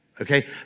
Okay